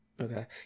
okay